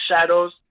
shadows